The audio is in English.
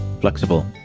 flexible